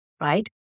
Right